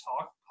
Talk